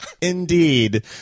Indeed